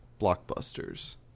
blockbusters